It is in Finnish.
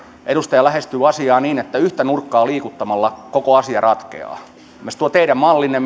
edustaja lähestyy asiaa niin että yhtä nurkkaa liikuttamalla koko asia ratkeaa esimerkiksi tuo teidän mallinne